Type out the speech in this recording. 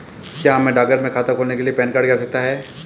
क्या हमें डाकघर में खाता खोलने के लिए पैन कार्ड की आवश्यकता है?